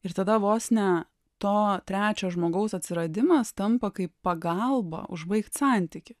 ir tada vos ne to trečio žmogaus atsiradimas tampa kaip pagalba užbaigt santykį